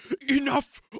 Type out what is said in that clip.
Enough